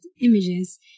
images